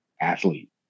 Athlete